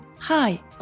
Hi